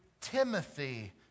Timothy